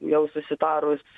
jau susitarus